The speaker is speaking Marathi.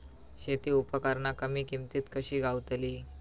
शेती उपकरणा कमी किमतीत कशी गावतली?